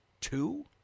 Two